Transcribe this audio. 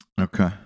Okay